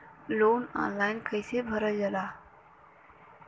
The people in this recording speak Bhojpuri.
लोन ऑनलाइन कइसे भरल जाला?